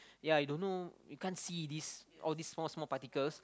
yea you don't know you can't see this all this small small particles